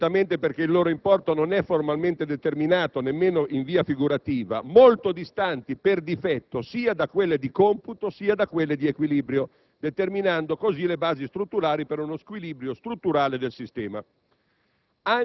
(dico «implicitamente» perché il loro importo non è formalmente determinato, nemmeno in via figurativa) molto distanti, per difetto, sia da quelle di computo sia da quelle di equilibrio, determinando così le basi strutturali per uno squilibrio strutturale del sistema.